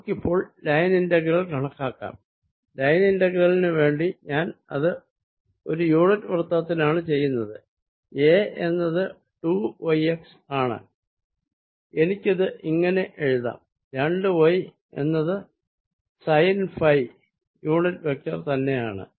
നമുക്കിപ്പോൾ line integral കണക്കാക്കാം line ഇന്റെഗ്രേലിനു വേണ്ടി ഞാനിത് ഒരു യൂണിറ്റ് വൃത്തത്തിനാണ് ചെയ്യുന്നത് A എന്നത് 2 y x ആണ് എനിക്കിത് ഇങ്ങനെ എഴുതാം2y എന്നത് സൈൻ ഫൈ യൂണിറ്റ് വെക്ടർ തന്നെയാണ്